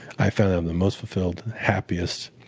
i found i'm the most fulfilled, happiest,